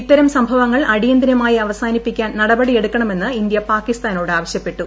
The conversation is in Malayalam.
ഇത്തരം സംഭവങ്ങൾ അടിയന്തിരമായി അവസാനിപ്പിക്കാൻ നടപടിയെടുക്കണമെന്ന് ഇന്ത്യ പാകിസ്ഥാനോട് ആവശ്യപ്പെട്ടു